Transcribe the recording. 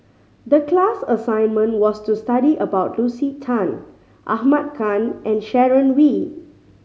the class assignment was to study about Lucy Tan Ahmad Khan and Sharon Wee